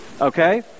Okay